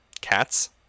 Cats